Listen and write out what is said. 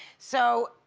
so,